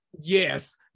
Yes